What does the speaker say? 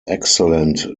excellent